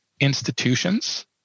institutions